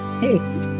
hey